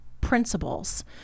principles